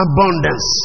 Abundance